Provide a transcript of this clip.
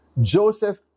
Joseph